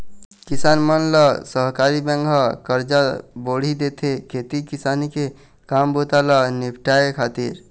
किसान मन ल सहकारी बेंक ह करजा बोड़ी देथे, खेती किसानी के काम बूता ल निपाटय खातिर